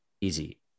Easy